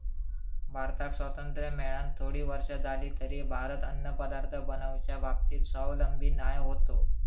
भारताक स्वातंत्र्य मेळान थोडी वर्षा जाली तरी भारत अन्नपदार्थ बनवच्या बाबतीत स्वावलंबी नाय होतो